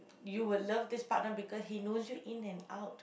you would love this partner because he knows you in and out